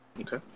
Okay